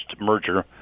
merger